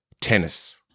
Tennis